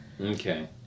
Okay